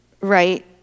Right